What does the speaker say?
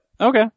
Okay